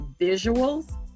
visuals